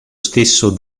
stesso